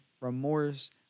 remorse